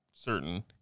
Certain